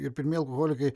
ir pirmi alkoholikai